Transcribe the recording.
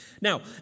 Now